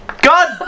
God